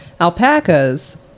alpacas